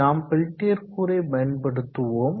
நாம் பெல்டியர் கூறை பயன்படுத்துவோம்